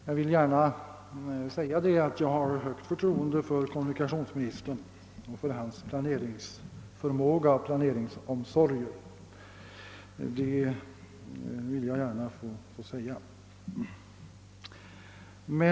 Herr talman! Jag har stort förtroende för kommunikationsministerns planeringsförmåga och planeringsomsorger. Jag vill gärna säga det.